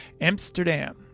Amsterdam